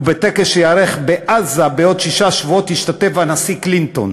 ובטקס שייערך בעזה בעוד שישה שבועות ישתתף הנשיא קלינטון.